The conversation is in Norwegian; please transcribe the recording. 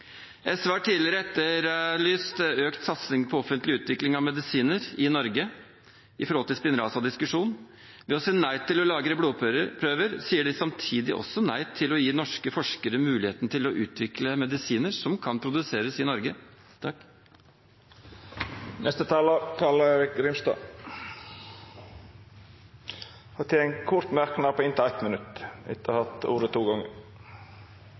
SV har tidligere etterlyst økt satsing på offentlig utvikling av medisiner i Norge – med tanke på Spinraza-diskusjonen. Ved å si nei til å lagre blodprøver sier de samtidig også nei til å gi norske forskere muligheten til å utvikle medisiner som kan produseres i Norge. Representanten Carl-Erik Grimstad har hatt ordet to gonger tidlegare og får ordet til ein kort merknad, avgrensa til 1 minutt.